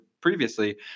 previously